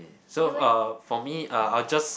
so uh for me uh I'll just